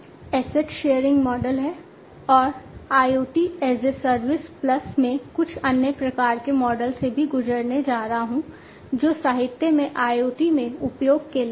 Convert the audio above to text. asset sharing model और IoT as a service plus मैं कुछ अन्य प्रकार के मॉडल से भी गुजरने जा रहा हूं जो साहित्य में IoT में उपयोग के लिए हैं